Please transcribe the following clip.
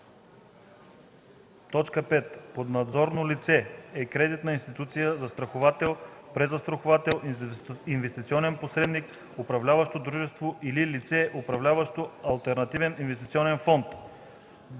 така: „5. „Поднадзорно лице” е кредитна институция, застраховател, презастраховател, инвестиционен посредник, управляващо дружество или лице, управляващо алтернативен инвестиционен фонд.”;